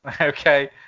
Okay